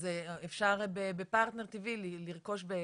אז אפשר בפרטנר TV לרכוש,